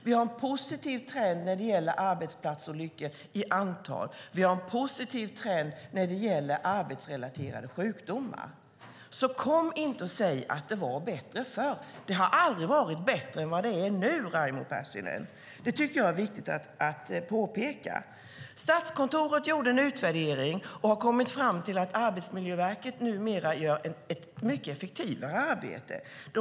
Vi har en positiv trend när det gäller antalet arbetsplatsolyckor. Vi har en positiv trend när det gäller arbetsrelaterade sjukdomar. Så kom inte och säg att det var bättre förr! Det har aldrig varit bättre än vad det är nu, Raimo Pärssinen. Det tycker jag är viktigt att påpeka. Statskontoret har gjort en utvärdering och kommit fram till att Arbetsmiljöverket numera gör ett mycket effektivare arbete.